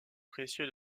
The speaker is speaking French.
précieux